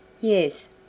Yes